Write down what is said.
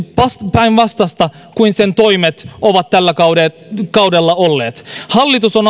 päinvastaista kuin sen toimet ovat tällä kaudella olleet hallitus on